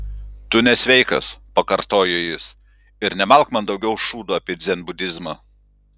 tu nesveikas pakartojo jis ir nemalk man daugiau šūdo apie dzenbudizmą